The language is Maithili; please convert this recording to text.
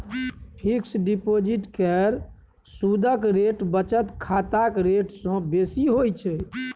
फिक्स डिपोजिट केर सुदक रेट बचत खाताक रेट सँ बेसी होइ छै